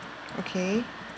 okay